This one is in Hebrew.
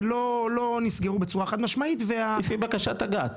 לא נסגרו בצורה חד-משמעית וה- -- לפי בקשת אג"ת,